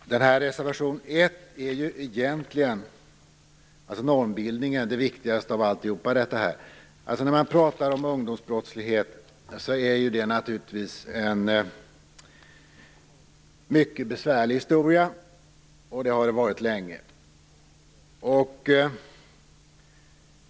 Reservation 1 gäller normbildningen. Det är egentligen det viktigaste av allt. Ungdomsbrottslighet är naturligtvis en mycket besvärlig historia. Det har den varit länge.